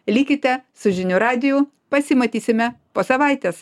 likite su žinių radiju pasimatysime po savaitės